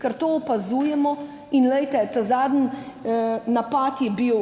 ker to opazujemo. In glejte, ta zadnji napad je bil